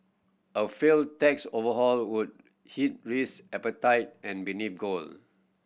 a failed tax overhaul would hit risk appetite and benefit gold